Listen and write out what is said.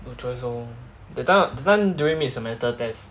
no choice orh that time that time during mid semester test